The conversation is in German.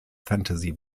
fantasy